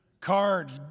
Cards